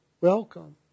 welcome